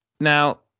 Now